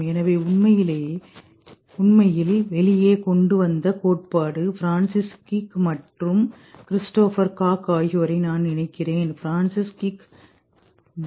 எனவே உண்மையில்வெளியே கொண்டு வந்த கோட்பாடு பிரான்சிஸ் கிக் மற்றும் கிறிஸ்டோபர் காக் ஆகியோரை நான் நினைக்கிறேன் பிரான்சிஸ் கிக் டி